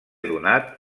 donat